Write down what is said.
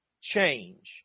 change